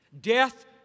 death